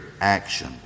action